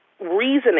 reasoning